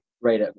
right